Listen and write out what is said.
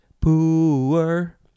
poor